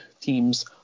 teams